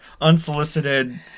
unsolicited